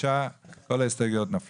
5. הצבעה לא אושר כל ההסתייגויות נפלו.